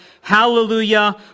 Hallelujah